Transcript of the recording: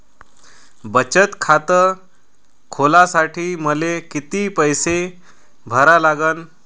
बचत खात खोलासाठी मले किती पैसे भरा लागन?